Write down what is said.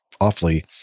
awfully